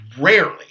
rarely